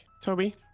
Toby